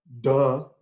duh